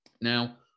now